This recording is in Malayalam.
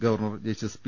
governor justice P